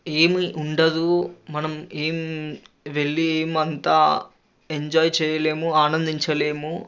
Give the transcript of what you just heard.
ఏమీ ఉండదు మనం ఎం వెళ్ళి ఏమి అంత ఎంజాయ్ చేయలేము ఆనందించలేము